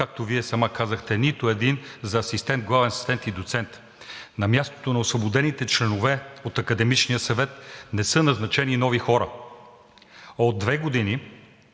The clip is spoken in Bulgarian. Както Вие сама казахте: нито един за асистент, главен асистент и доцент. На мястото на освободените членове от Академичния съвет не са назначени нови хора. От две години